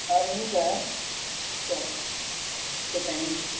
हजुर हुन्छ हुन्छ हुन्छ थ्याङ्क यू